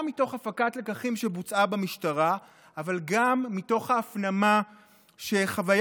גם מתוך הפקת לקחים שבוצעה במשטרה אבל גם מתוך ההפנמה שחוויה